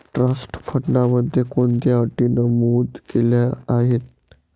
Trust फंडामध्ये कोणत्या अटी नमूद केल्या आहेत?